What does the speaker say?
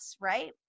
right